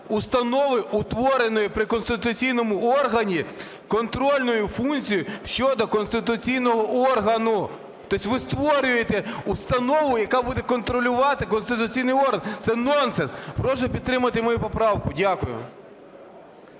установи, утвореної при конституційному органі, контрольною функцією щодо конституційного органу. Тобто ви створюєте установу, яка буде контролювати конституційний орган, - це нонсенс. Прошу підтримати мою поправку. Дякую.